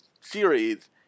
series